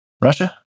Russia